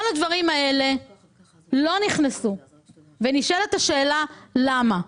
כל הדברים האלה לצערי לא נכנסו ונשאלת השאלה למה.